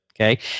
okay